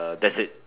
uh that's it